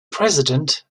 president